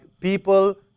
people